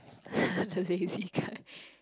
lazy cut